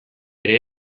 ere